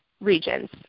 regions